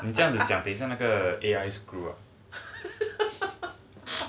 你这样子讲很像那个 screw up